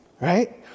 Right